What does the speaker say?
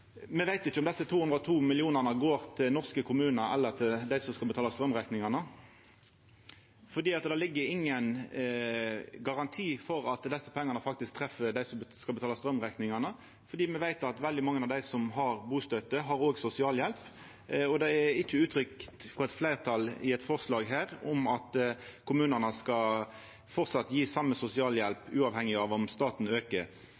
me veit ikkje om desse 202 mill. kr går til norske kommunar eller til dei som skal betala straumrekningane, for det ligg ingen garanti for at desse pengane faktisk treffer dei som skal betala straumrekningane. Me veit at veldig mange av dei som får bustøtte, òg får sosialhjelp, og det er ikkje uttrykt frå eit fleirtal i noko forslag her at kommunane skal gje same sosialhjelp uavhengig av om staten aukar,